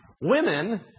Women